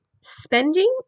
spending